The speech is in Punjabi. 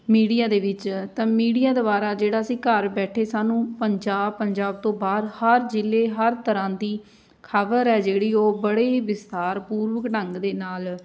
ਮੀਡੀਆ ਦੇ ਵਿੱਚ ਤਾਂ ਮੀਡੀਆ ਦੁਆਰਾ ਜਿਹੜਾ ਅਸੀਂ ਘਰ ਬੈਠੇ ਸਾਨੂੰ ਪੰਜਾਬ ਪੰਜਾਬ ਤੋਂ ਬਾਹਰ ਹਰ ਜ਼ਿਲ੍ਹੇ ਹਰ ਤਰ੍ਹਾਂ ਦੀ ਖ਼ਬਰ ਹੈ ਜਿਹੜੀ ਉਹ ਬੜੇ ਹੀ ਵਿਸਥਾਰ ਪੂਰਵਕ ਢੰਗ ਦੇ ਨਾਲ